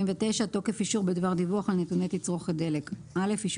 79.תוקף אישור בדבר דיווח על נתוני תצרוכת דלק אישור